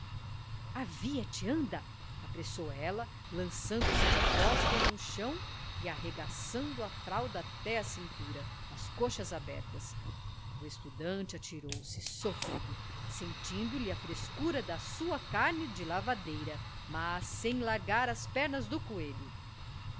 mosquitos avia-te anda apressou ela lançando-se de costas ao chão e arregaçando a fralda até a cintura as coxas abertas o estudante atirou-se sôfrego sentindo lhe a frescura da sua carne de lavadeira mas sem largar as pernas do coelho